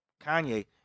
Kanye